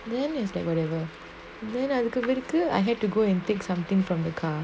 then is like whatever then when it clear I had to go and take something from the car